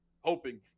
hoping